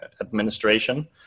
administration